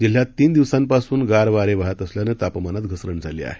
जिल्ह्यात तीन दिवसांपासून गार वारे वाहत असल्यानं तापमानात घसरण झाली आहे